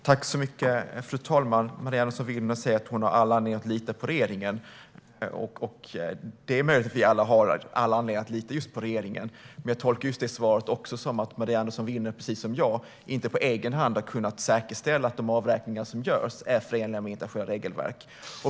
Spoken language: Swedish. Fru ålderspresident! Maria Andersson Willner säger att hon har all anledning att lita på regeringen. Det är möjligt att vi alla har all anledning att lita på regeringen, men jag tolkar svaret som att hon precis som jag inte på egen hand har kunnat säkerställa att de avräkningar som görs är förenliga med internationella regelverk.